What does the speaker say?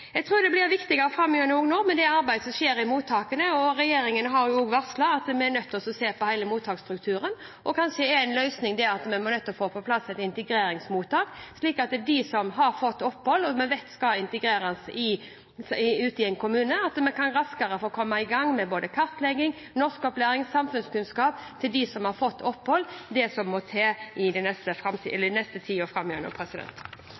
Jeg tror det blir viktig framover det arbeidet som skjer i mottakene. Regjeringen har også varslet at vi er nødt til å se på hele mottaksstrukturen. Kanskje er en løsning at vi blir nødt til å få på plass et integreringsmottak, slik at de som har fått opphold, og som vi vet skal integreres ute i en kommune, raskere kan komme i gang med både kartlegging, norskopplæring og samfunnskunnskap. Det er det som må til i tida framover. Landet står i en meget krevende situasjon. Det handler om situasjonen på Storskog og Svinesund der det er mangel på kapasitet. Det er en meget presset situasjon i